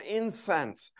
incense